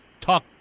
talk